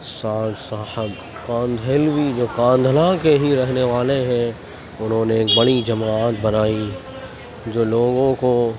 سعد صاحب کاندھلوی جو کاندھلہ کے ہی رہنے والے ہیں انھوں نے ایک بڑی جماعت بنائی جو لوگوں کو